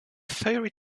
fairy